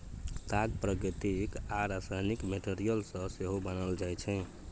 ताग प्राकृतिक आ रासायनिक मैटीरियल सँ सेहो बनाएल जाइ छै